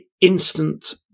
instant